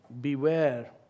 beware